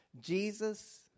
Jesus